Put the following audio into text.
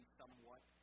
somewhat